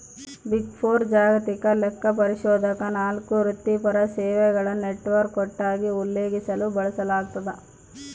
big four ಜಾಗತಿಕ ಲೆಕ್ಕಪರಿಶೋಧಕ ನಾಲ್ಕು ವೃತ್ತಿಪರ ಸೇವೆಗಳ ನೆಟ್ವರ್ಕ್ ಒಟ್ಟಾಗಿ ಉಲ್ಲೇಖಿಸಲು ಬಳಸಲಾಗ್ತದ